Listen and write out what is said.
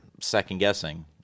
second-guessing